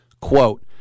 Quote